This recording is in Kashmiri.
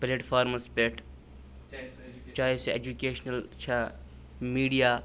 پٕلیٹفارمَس پٮ۪ٹھ چاہے سُہ اٮ۪جُوکیشنَل چھا میٖڈیا